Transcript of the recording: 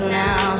now